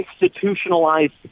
institutionalized